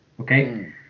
okay